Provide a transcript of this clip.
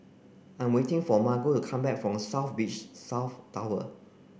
I'am waiting for Margo come back from South Beach South Tower